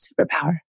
superpower